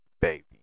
baby